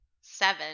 Seven